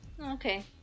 Okay